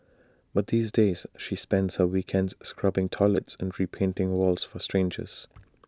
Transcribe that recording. but these days she spends her weekends scrubbing toilets and repainting walls for strangers